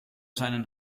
seinen